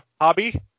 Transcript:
hobby